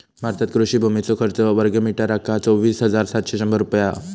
भारतात कृषि भुमीचो खर्च वर्गमीटरका चोवीस हजार सातशे शंभर रुपये हा